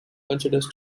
considers